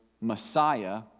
Messiah